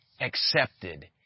accepted